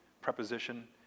preposition